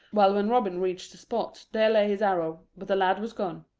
while when robin reached the spot there lay his arrow, but the lad was gone.